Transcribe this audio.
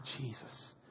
Jesus